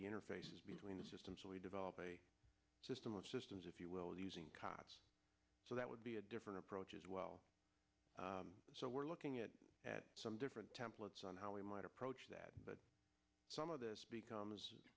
the interfaces between the system so we develop a system of systems if you will using cots so that would be a different approach as well so we're looking at some different templates on how we might approach that but some of this become